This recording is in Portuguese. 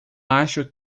acho